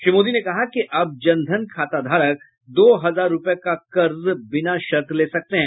श्री मोदी ने कहा कि अब जन धन खाताधारक दो हजार रूपये का कर्ज बिना शर्त ले सकते हैं